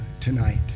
tonight